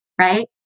right